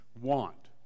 want